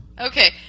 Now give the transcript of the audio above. Okay